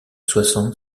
soixante